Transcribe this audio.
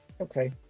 Okay